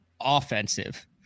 offensive